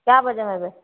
कए बजेमे एबै